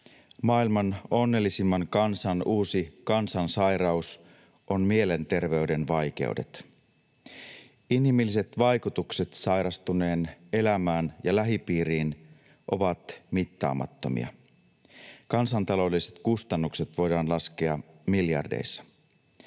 Maailman onnellisimman kansan uusi kansansairaus on mielenterveyden vaikeudet. Inhimilliset vaikutukset sairastuneen elämään ja lähipiiriin ovat mittaamattomia. Kansantaloudelliset kustannukset voidaan laskea miljardeissa.